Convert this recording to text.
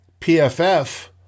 PFF